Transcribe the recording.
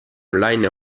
online